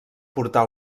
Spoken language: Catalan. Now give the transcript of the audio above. portar